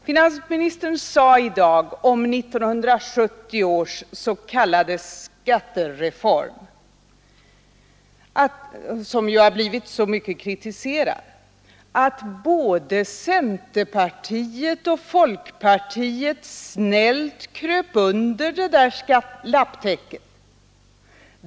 Finansministern sade i dag om 1970 års s.k. skattereform — som blivit så mycket kritiserad att både centerpartiet och folkpartiet snällt kröp under det där lapptäcket.